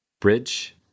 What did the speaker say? bridge